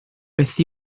beth